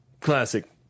classic